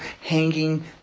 hanging